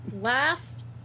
Last